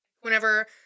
whenever